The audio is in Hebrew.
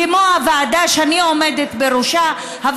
כמו הוועדה שאני עומדת בראשה,